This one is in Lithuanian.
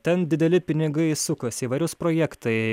ten dideli pinigai sukas įvairiūs projektai